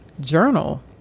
journal